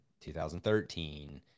2013